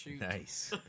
Nice